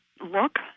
look